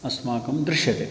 अस्माकं दृश्यते